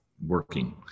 working